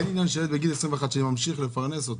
אין עניין שילד בגיל 21 שאני ממשיך לפרנס אותו,